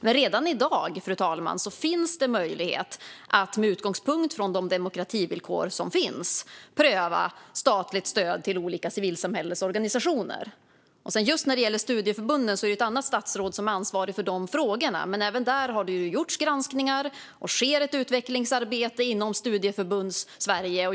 Men redan i dag, fru talman, finns möjlighet att med utgångspunkt i de demokrativillkor som redan finns pröva statligt stöd till olika civilsamhällesorganisationer. Just när det gäller studieförbunden är det ett annat statsråd som är ansvarig för de frågorna. Men även där har granskningar gjorts, och det sker ett utvecklingsarbete inom Studieförbundssverige.